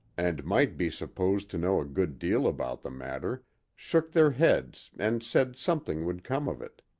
and might be supposed to know a good deal about the matter shook their heads and said something would come of it.